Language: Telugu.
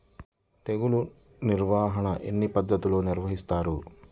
తెగులు నిర్వాహణ ఎన్ని పద్ధతులలో నిర్వహిస్తారు?